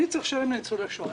אני צריך לשלם לניצולי שואה.